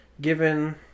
given